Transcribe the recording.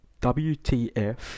WTF